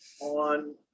on